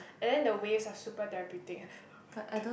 and then the waves are super therapeutic and I love it